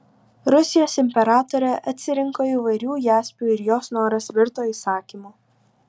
rusijos imperatorė atsirinko įvairių jaspių ir jos noras virto įsakymu